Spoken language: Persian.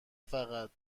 فقط